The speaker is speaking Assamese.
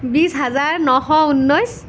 বিছ হাজাৰ নশ ঊনৈছ